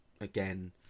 again